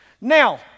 Now